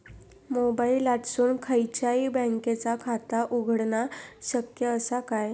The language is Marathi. मोबाईलातसून खयच्याई बँकेचा खाता उघडणा शक्य असा काय?